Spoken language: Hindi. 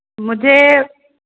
मुझे